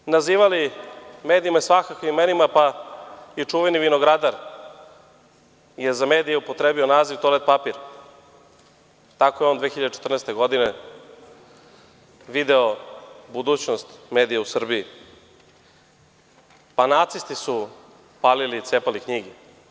Oni koji su nazivali medije svakakvim imenima, pa i čuveni vinogradar je za medije upotrebio naziv „toalet papir“, tako je on 2014. godine video budućnost medija u Srbiji, pa nacisti su palili i cepali knjige.